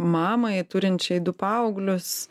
mamai turinčiai du paauglius